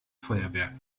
feuerwerk